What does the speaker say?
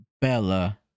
Bella